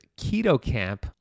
KETOCAMP